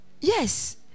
Yes